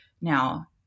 now